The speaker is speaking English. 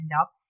up